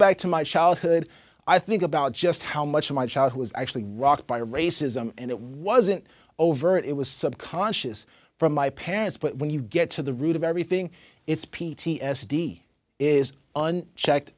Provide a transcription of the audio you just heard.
back to my childhood i think about just how much my child who was actually rocked by racism and it wasn't overt it was subconscious from my parents but when you get to the root of everything it's p t s d is an checked